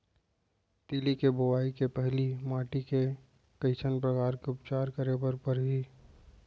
तिलि के बोआई के पहिली माटी के कइसन प्रकार के उपचार करे बर परही?